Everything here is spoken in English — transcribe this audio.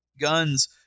guns